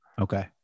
Okay